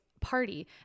party